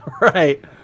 Right